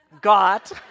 got